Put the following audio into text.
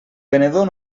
venedor